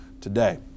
today